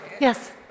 Yes